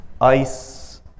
Ice